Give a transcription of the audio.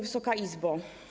Wysoka Izbo!